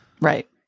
Right